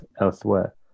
elsewhere